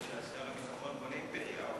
שר הביטחון בונה אימפריה,